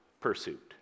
pursuit